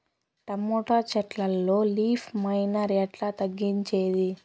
Tomato చెట్లల్లో leaf miner ఎట్లా తగ్గించేది?